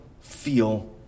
feel